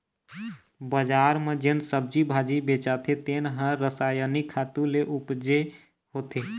बजार म जेन सब्जी भाजी बेचाथे तेन ह रसायनिक खातू ले उपजे होथे